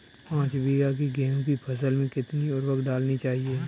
पाँच बीघा की गेहूँ की फसल में कितनी उर्वरक डालनी चाहिए?